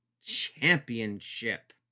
Championship